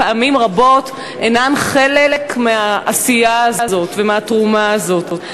פעמים רבות אינן חלק מהעשייה הזאת ומהתרומה הזאת.